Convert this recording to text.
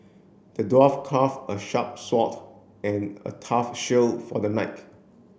the dwarf craft a sharp sword and a tough shield for the knight